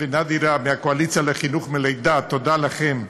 ונאדרה עסוס מהקואליציה לחינוך מלידה, תודה לכן,